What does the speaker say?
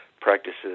practices